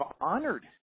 honored